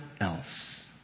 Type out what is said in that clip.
else